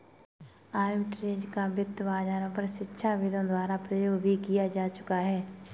arbitrage का वित्त बाजारों पर शिक्षाविदों द्वारा प्रयोग भी किया जा चुका है